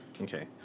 Okay